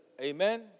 Amen